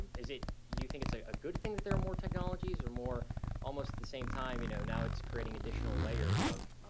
is it you think it's ah a good thing that there are more technologies or more almost the same time, you know, now it's creating additional layers of,